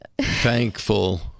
thankful